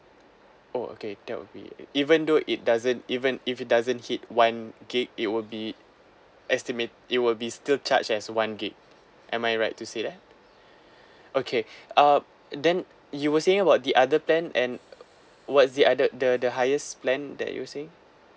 oh okay that will be even though it doesn't even if it doesn't hit one gig it will be estimate it will be still charge as one gig am I right to say that okay uh then you were saying about the other plan and what's the other the the highest plan that you were saying